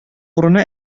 урыны